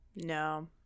No